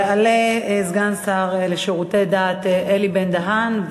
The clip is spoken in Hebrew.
יעלה סגן השר לשירותי דת אלי בן-דהן.